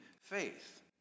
faith